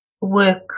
work